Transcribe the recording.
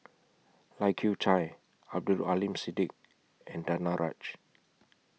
Lai Kew Chai Abdul Aleem Siddique and Danaraj